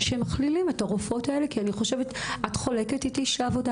שמכלילים את הרופאות האלה את חולקת עליי שהעבודה